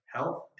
health